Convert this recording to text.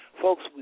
Folks